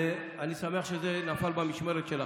ואני שמח שזה נפל במשמרת שלך.